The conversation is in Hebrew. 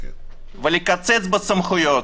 -- ולקצץ בסמכויות